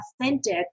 authentic